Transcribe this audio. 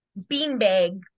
beanbag